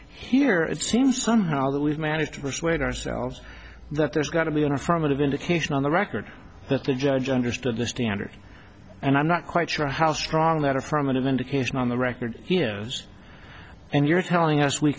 here it seems somehow that we've managed to persuade ourselves that there's got to be an affirmative indication on the record that the judge understood the standard and i'm not quite sure how strong that affirmative indication on the record here was and you're telling us we